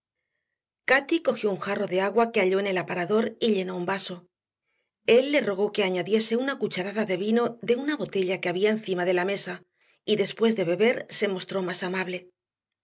cati cogió un jarro de agua que halló en el aparador y llenó un vaso él le rogó que añadiese una cucharada de vino de una botella que había encima de la mesa y después de beber se mostró más amable